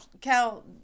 Cal